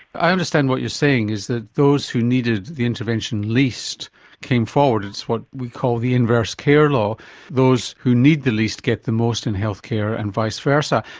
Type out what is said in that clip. i understand what you're saying is that those who needed the intervention least came forward. it's what we call the inverse care law those who need the least get the most in healthcare, and vice versa.